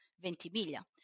Ventimiglia